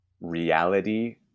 reality